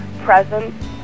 presence